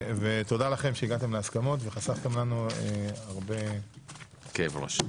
ותודה לכם שהגעתם להסכמות וחסכתם לנו הרבה כאב ראש.